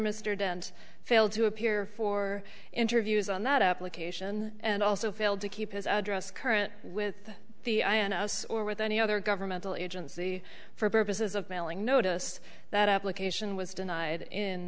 mr dent failed to appear for interviews on that application and also failed to keep his address current with the eye on us or with any other governmental agency for purposes of mailing notice that application was denied in